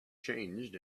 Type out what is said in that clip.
changed